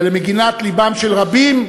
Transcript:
ולמגינת לבם של רבים,